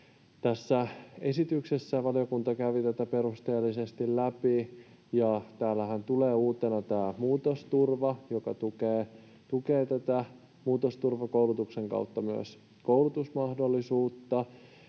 pidempiä työuria. Valiokunta kävi tätä esitystä perusteellisesti läpi, ja täällähän tulee uutena tämä muutosturva, joka tukee muutosturvakoulutuksen kautta myös koulutusmahdollisuutta.